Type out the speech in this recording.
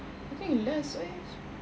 I think less eh